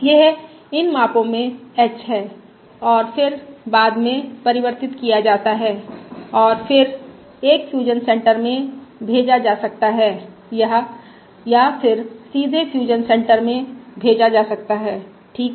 यह इन मापों में h है और फिर बाद में परिवर्तित किया जाता है और फिर एक फ्यूजन सेंटर में भेजा जा सकता है या फिर सीधे फ्यूजन सेंटर में भेजा जा सकता है ठीक है